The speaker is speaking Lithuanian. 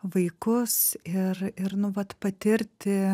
vaikus ir ir nu vat patirti